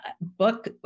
book